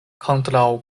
kontraŭ